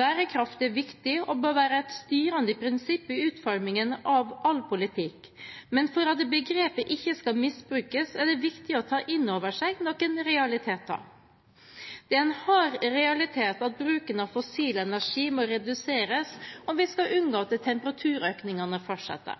Bærekraft er viktig og bør være et styrende prinsipp i utformingen av all politikk, men for at begrepet ikke skal misbrukes, er det viktig å ta inn over seg noen realiteter. Det er en hard realitet at bruken av fossil energi må reduseres om vi skal unngå at